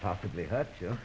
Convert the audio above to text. possibly hurt y